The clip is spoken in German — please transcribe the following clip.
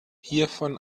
hiervon